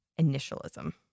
initialism